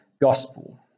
gospel